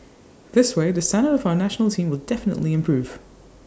this way the standard of our National Team will definitely improve